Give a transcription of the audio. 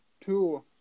two